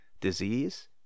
disease